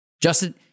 Justin